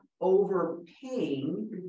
overpaying